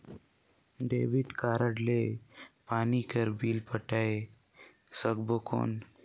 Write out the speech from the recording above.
Debit card ले पानी कर बिल पटाय सकबो कौन?